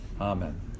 Amen